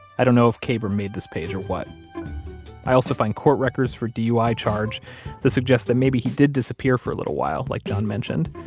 i don't know if kabrahm made this page or what i also find court records for a dui charge that suggests that maybe he did disappear for a little while, like john mentioned.